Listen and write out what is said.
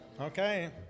Okay